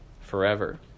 forever